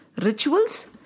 rituals